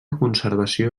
conservació